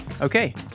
Okay